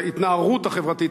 ההתנערות החברתית,